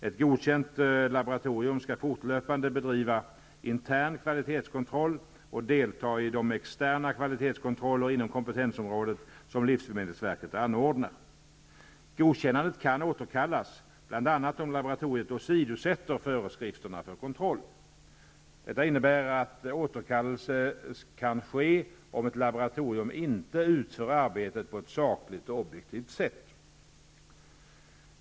Ett godkänt laboratorium skall fortlöpande bedriva intern kvalitetskontroll och delta i de externa kvalitetskontroller inom kompetensområdet som livsmedelsverket anordnar. Godkännandet kan återkallas bl.a. om laboratoriet åsidosätter föreskrifterna för kontroll. Detta innebär att återkallelse kan ske om ett laboratorium inte utför arbetet på ett sakligt och objektivt sätt.